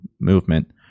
movement